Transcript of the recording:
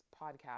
podcast